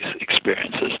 experiences